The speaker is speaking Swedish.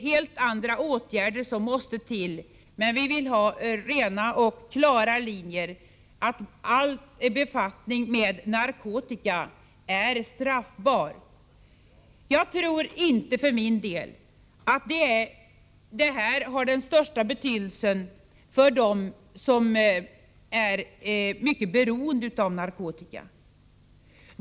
Helt andra åtgärder måste till, men vi vill ha rena och klara linjer, att all befattning med narkotika är straffbar. Jag tror inte för min del att det här har den största betydelsen för dem som är mycket beroende av narkotika.